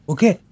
Okay